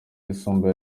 yisumbuye